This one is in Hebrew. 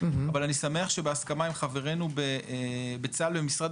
אבל אני שמח שבהסכמה עם חברינו בצה"ל ובמשרד